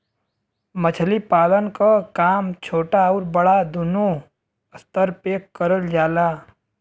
मछली पालन क काम छोटा आउर बड़ा दूनो स्तर पे करल जाला